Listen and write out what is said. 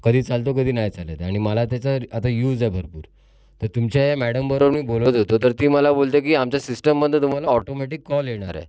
कधी चालतो कधी नाही चालत आहे आणि मला त्याचा आता यूज आहे भरपूर तर तुमच्या मॅडम बरोबर मी बोलत होतो तर ती मला बोलते की आमच्या सिस्टममधून तुम्हाला ऑटोमॅटिक कॉल येणार आहे